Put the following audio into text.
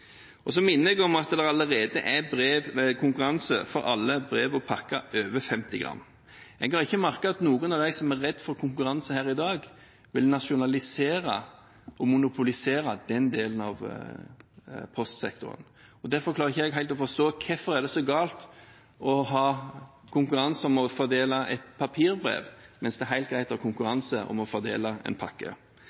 minner om at det allerede er konkurranse for alle brev og pakker over 50 gram. Jeg har ikke merket at noen av dem som er redd for konkurranse her i dag, vil nasjonalisere og monopolisere den delen av postsektoren. Derfor klarer jeg ikke helt å forstå hvorfor det er så galt å ha konkurranse om å fordele et papirbrev, mens det er helt greit å ha konkurranse om å fordele en pakke.